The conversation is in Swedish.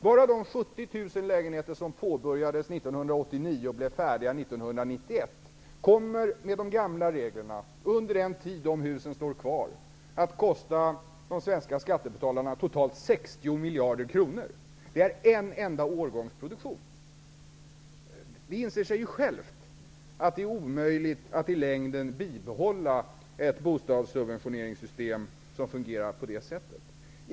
Bara de 70 000 lägenheter som påbörjades 1989 och blev färdiga 1991 kommer med de gamla reglerna, under den tid de husen står kvar, att kosta de svenska skattebetalarna totalt 60 miljarder kronor. Det är en enda årgångs produktion. Det säger sig självt att det är omöjligt att i längden bibehålla ett bostadssubventioneringssystem som fungerar på det sättet.